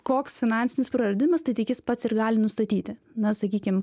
koks finansinis praradimas tai tik jis pats ir gali nustatyti na sakykim